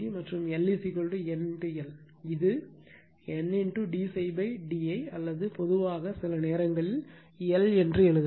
மற்றும் L N L N d ∅ d i அல்லது பொதுவாக சில நேரங்களில் L எழுதலாம்